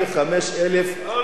700,000 יהודים,